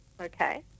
Okay